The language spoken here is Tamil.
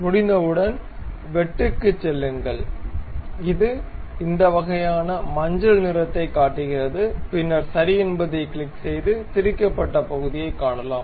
முடிந்தவுடன் வெட்டுக்குச் செல்லுங்கள் இது இந்த வகையான மஞ்சள் நிறத்தைக் காட்டுகிறது பின்னர் சரி என்பதைக் கிளிக் செய்து திரிக்கப்பட்ட பகுதியைக் காணலாம்